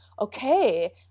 okay